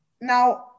now